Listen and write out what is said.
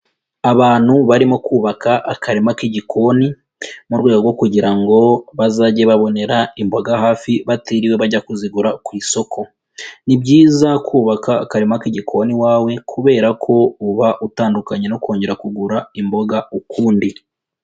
Abantu barimo kubaka akarima k'igikoni mu rwego kugira ngo bazajye babonera imboga hafi batiriwe bajya kuzigura ku isoko, ni byiza kubaka akarima k'igikoni iwawe kubera ko uba utandukanye no kongera kugura imboga ukundi.